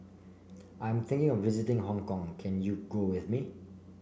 I'm thinking of visiting Hong Kong can you go with me